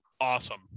awesome